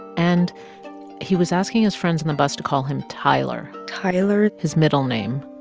and he was asking his friends in the bus to call him tyler tyler his middle name.